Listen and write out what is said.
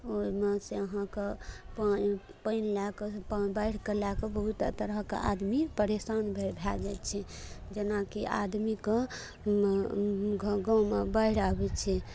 ओइमे से अहाँके पानि लए कऽ बाढ़िके लए कऽ बहुत तरहक आदमी परेशान भए जाइ छै जेना कि आदमीके गाँवमे बाढ़ि आबै छै